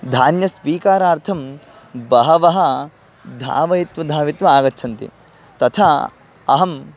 धान्यस्वीकारार्थं बहवः धावयित्वा धावित्वा आगच्छन्ति तथा अहं